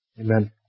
Amen